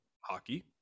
hockey